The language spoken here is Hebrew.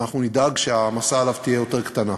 אנחנו נדאג שההעמסה עליו תהיה יותר קטנה.